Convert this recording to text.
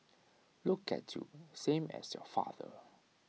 look at you same as your father